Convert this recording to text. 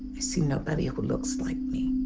see nobody who looks like me.